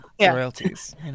royalties